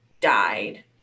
died